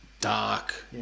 dark